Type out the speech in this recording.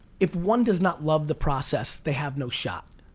if one does not love the process, they have no shot.